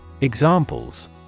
Examples